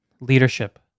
leadership